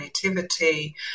creativity